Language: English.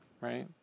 right